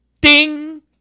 ding